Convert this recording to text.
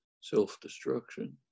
self-destruction